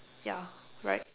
ya right